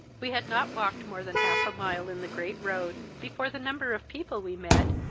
we had not walked more than half a mile in the great road, before the number of people we met,